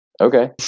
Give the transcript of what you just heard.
Okay